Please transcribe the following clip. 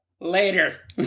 Later